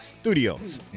Studios